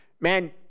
man